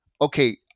okay